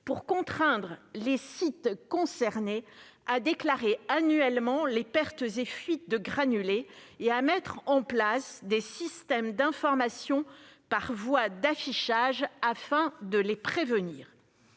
à contraindre les sites concernés à déclarer annuellement les pertes et fuites de granulés et à mettre en place des systèmes d'information par voie d'affichage afin de les prévenir.